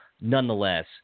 Nonetheless